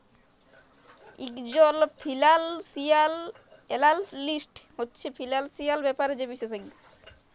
ইকজল financial analyst হছে financial ব্যাপারে যে বিশেষজ্ঞ